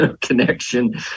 connection